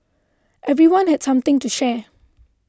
everyone had something to share